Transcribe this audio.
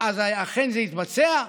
זה אכן יתבצע,